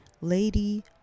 lady